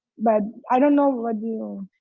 but i don't know what you.